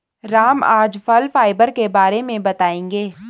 राम आज फल फाइबर के बारे में बताएँगे